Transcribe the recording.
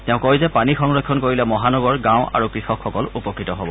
তেওঁ কয় যে পানী সংৰক্ষণ কৰিলে মহানগৰ গাঁও আৰু কৃষকসকল উপকৃত হব